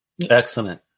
Excellent